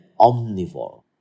omnivore